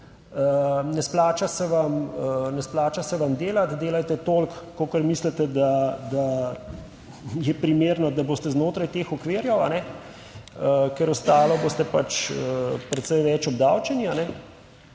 ne splača se vam delati, delajte toliko kolikor mislite, da je primerno, da boste znotraj teh okvirjev, ker ostalo boste pač precej več obdavčeni.